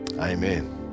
Amen